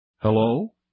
Hello